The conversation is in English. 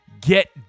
get